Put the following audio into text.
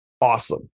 awesome